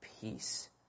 peace